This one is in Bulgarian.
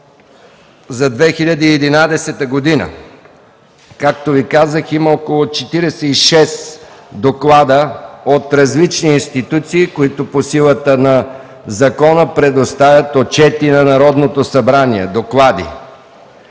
ЗА 2011 Г. Както Ви казах, има около 46 доклада от различни институции, които по силата на закона предоставят отчети, доклади на Народното събрание. Това